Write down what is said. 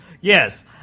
Yes